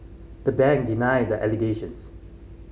the bank denied the allegations